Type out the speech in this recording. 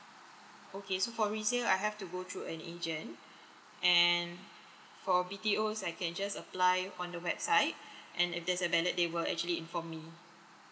okay so for resale I have to go through an agent and for B_T_O's I can just apply on the website and if there's a valid they will actually inform me